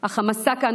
אך המסע כאן,